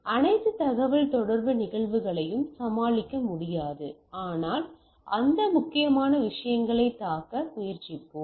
அனைத்து தகவல்தொடர்பு நிகழ்வுகளையும் சமாளிக்க முடியாது ஆனால் அந்த முக்கியமான விஷயங்களைத் தாக்க முயற்சிப்போம்